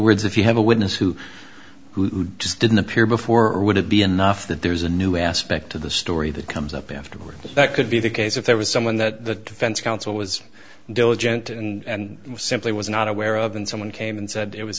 words if you have a witness who who just didn't appear before or would it be enough that there's a new aspect to the story that comes up afterward that could be the case if there was someone that offense counsel was diligent and simply was not aware of and someone came and said it was